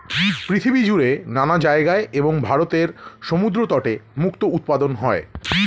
পৃথিবী জুড়ে নানা জায়গায় এবং ভারতের সমুদ্র তটে মুক্তো উৎপাদন হয়